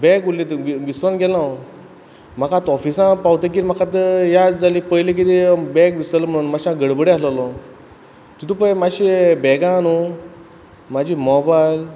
bag उरलें तुगे विसरोन गेलो हांव म्हाका आतां ऑफिसां पावतगीर म्हाका आतां याद जाली पयलीं कितें बॅग विसरलो म्हणोन मातशें हांव गडबडी आसलेलो तितू पय मातशें बॅगा न्हू म्हाजी मोबायल